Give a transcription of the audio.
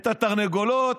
את התרנגולות.